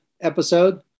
episode